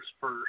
first